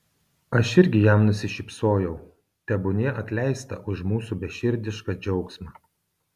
aš irgi jam nusišypsojau tebūnie atleista už mūsų beširdišką džiaugsmą